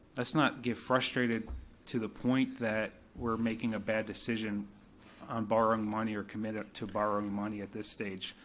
let's not get frustrated to the point that we're making a bad decision on borrowing money or committed to borrowing money at this stage.